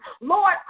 Lord